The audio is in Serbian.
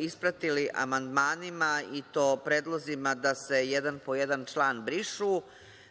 ispratili amandmanima i to predlozima da se jedan po jedan član brišu.